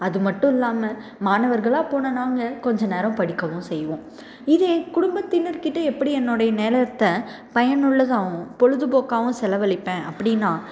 அது மட்டுல்லாமல் மாணவர்களாக போன நாங்கள் கொஞ்சம் நேரம் படிக்கவும் செய்வோம் இதே குடும்பத்தினர்கிட்ட எப்படி என்னுடைய நேரத்த பயனுள்ளதாகவும் பொழுதுபோக்காகவும் செலவழிப்பேன் அப்படினா